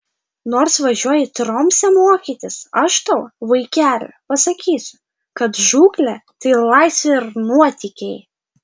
nors važiuoji į tromsę mokytis aš tau vaikeli pasakysiu kad žūklė tai laisvė ir nuotykiai